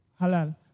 halal